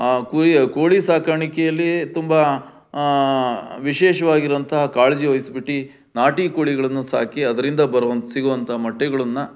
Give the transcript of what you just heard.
ಆ ಕುಯಿ ಕೋಳಿ ಸಾಕಾಣಿಕೆಯಲ್ಲಿ ತುಂಬ ವಿಶೇಷವಾಗಿರುವಂತಹ ಕಾಳಜಿ ವಹಿಸ್ಬಿಟ್ಟು ನಾಟಿ ಕೋಳಿಗಳನ್ನು ಸಾಕಿ ಅದರಿಂದ ಬರುವಂಥ ಸಿಗುವಂಥ ಮೊಟ್ಟೆಗಳನ್ನ